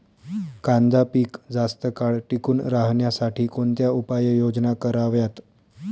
कांदा पीक जास्त काळ टिकून राहण्यासाठी कोणत्या उपाययोजना कराव्यात?